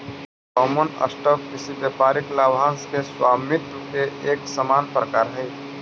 common stock किसी व्यापारिक लाभांश के स्वामित्व के एक सामान्य प्रकार हइ